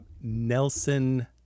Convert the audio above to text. Nelson